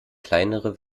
kleinere